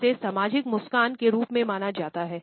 इसे सामाजिक मुस्कान के रूप में जाना जाता है